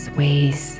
ways